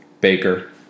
Baker